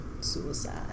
suicide